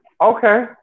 Okay